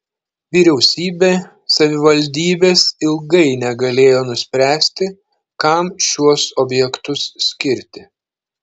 vyriausybė savivaldybės ilgai negalėjo nuspręsti kam šiuos objektus skirti